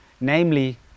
Namely